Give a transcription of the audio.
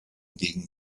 gegen